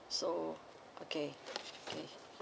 so okay okay